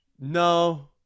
No